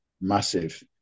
massive